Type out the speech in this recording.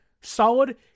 solid